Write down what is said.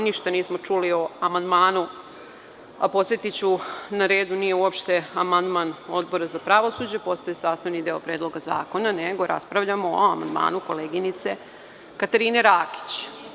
Ništa nismo čuli o amandmanu, a podsetiću, na redu nije uopšte amandman Odbora za pravosuđe, postao je sastavni deo Predloga zakona, nego raspravljamo o amandmanu koleginice Katarine Rakić.